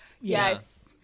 Yes